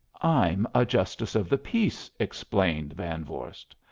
i'm a justice of the peace, explained van vorst.